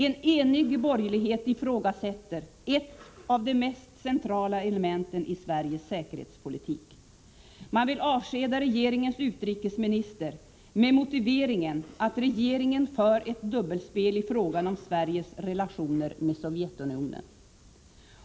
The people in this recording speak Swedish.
En enig borgerlighet ifrågasätter ett av de mest centrala elementen i Sveriges säkerhetspolitik. Man vill avskeda regeringens utrikesminister med motiveringen att regeringen för ett dubbelspel i fråga om Sveriges relationer mot Sovjetunionen.